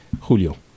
Julio